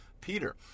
Peter